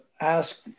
ask